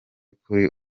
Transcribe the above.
kuri